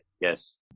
yes